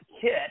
kit